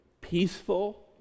peaceful